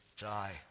die